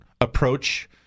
approach